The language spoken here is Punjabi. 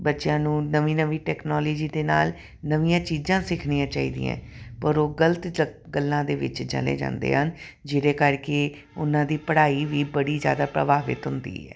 ਬੱਚਿਆਂ ਨੂੰ ਨਵੀਂ ਨਵੀਂ ਟੈਕਨੋਲੋਜੀ ਦੇ ਨਾਲ ਨਵੀਆਂ ਚੀਜ਼ਾਂ ਸਿੱਖਣੀਆਂ ਚਾਹੀਦੀਆਂ ਪਰ ਉਹ ਗਲਤ ਗੱਲਾਂ ਦੇ ਵਿੱਚ ਚਲੇ ਜਾਂਦੇ ਹਨ ਜਿਹਦੇ ਕਰਕੇ ਉਹਨਾਂ ਦੀ ਪੜ੍ਹਾਈ ਵੀ ਬੜੀ ਜ਼ਿਆਦਾ ਪ੍ਰਭਾਵਿਤ ਹੁੰਦੀ ਹੈ